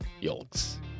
Yolks